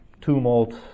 tumult